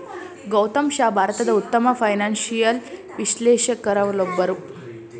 ಗೌತಮ್ ಶಾ ಭಾರತದ ಉತ್ತಮ ಫೈನಾನ್ಸಿಯಲ್ ವಿಶ್ಲೇಷಕರಲ್ಲೊಬ್ಬರು